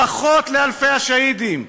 ברכות לאלפי השהידים",